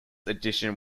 edition